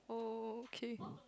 oh okay